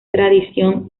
tradición